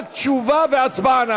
רק תשובה והצבעה.